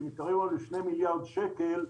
ומתקרב היום לשני מיליארד שקל,